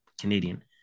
canadian